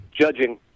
Judging